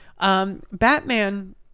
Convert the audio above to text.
Batman